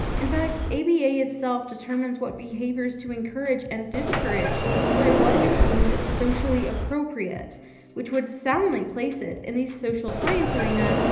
in fact, aba itself determines what behaviors to encourage and discourage by what is deemed socially appropriate which would soundly place it in the social science arena,